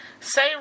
Say